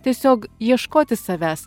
tiesiog ieškoti savęs